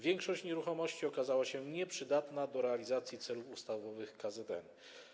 Większość nieruchomości okazała się nieprzydatna do realizacji celów ustawowych KZN.